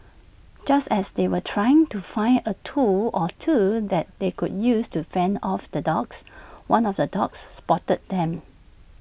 just as they were trying to find A tool or two that they could use to fend off the dogs one of the dogs spotted them